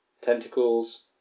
tentacles